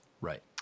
Right